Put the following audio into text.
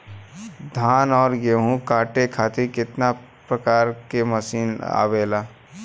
धान और गेहूँ कांटे खातीर कितना प्रकार के मशीन आवेला?